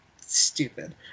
Stupid